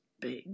big